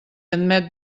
admet